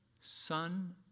Son